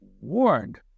warned